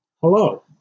Hello